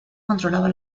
controlaba